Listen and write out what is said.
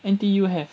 N_T_U have